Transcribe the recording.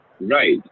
Right